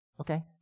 Okay